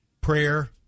prayer